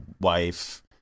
wife